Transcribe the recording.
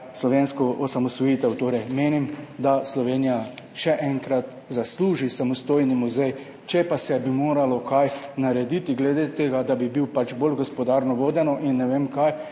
slovensko osamosvojitev. Torej menim, da Slovenija, še enkrat, zasluži samostojni muzej. Če pa bi se moralo kaj narediti glede tega, da bi bil bolj gospodarno voden in ne vem kaj,